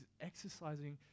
exercising